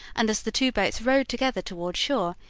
and as the two boats rowed together toward shore,